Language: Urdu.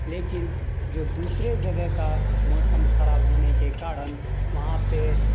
لیکن جو دوسرے جگہ کا موسم خراب ہونے کے کارن وہاں پہ